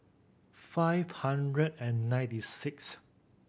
five hundred and ninety sixth